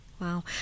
wow